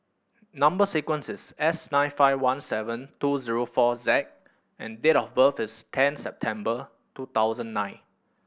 number sequence is S nine five one seven two zero four Z and date of birth is ten September two thousand nine